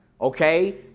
Okay